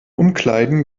umkleiden